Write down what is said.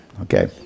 Okay